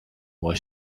why